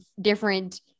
different